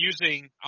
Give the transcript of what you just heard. using